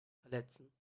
verletzen